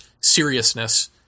seriousness